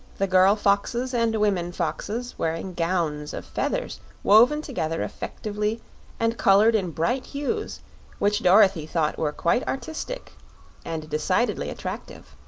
the girl-foxes and women-foxes wearing gowns of feathers woven together effectively and colored in bright hues which dorothy thought were quite artistic and decidedly attractive.